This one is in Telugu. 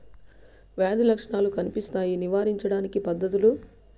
వ్యాధి లక్షణాలు కనిపిస్తాయి నివారించడానికి పద్ధతులు?